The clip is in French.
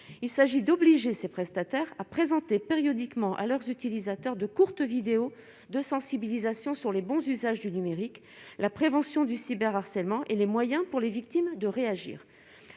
il s'agit d'obliger ses prestataires à présenter périodiquement à leurs utilisateurs de courtes vidéos de sensibilisation sur les bons usages du numérique, la prévention du cyber harcèlement et les moyens pour les victimes de réagir,